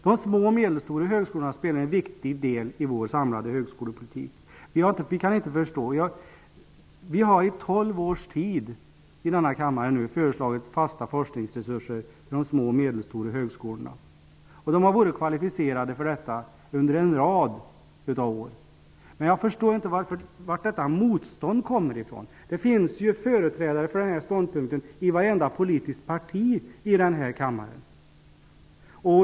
De små och medelstora högskolorna spelar en viktig roll i vår samlade högskolepolitik. Vi har i tolv års tid i denna kammare föreslagit fasta forskningsresurser för de små och medelstora högskolorna. De har varit kvalificerade för detta under en rad av år. Jag förstår inte varifrån detta motstånd kommer. Det finns företrädare för den här ståndpunkten i vartenda politiskt parti i den här kammaren.